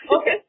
Okay